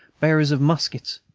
bearers of muskets.